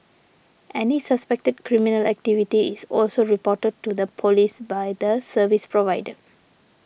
any suspected criminal activity is also reported to the police by the service provider